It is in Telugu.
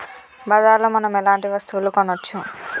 బజార్ లో మనం ఎలాంటి వస్తువులు కొనచ్చు?